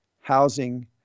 housing